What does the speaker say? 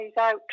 out